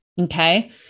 Okay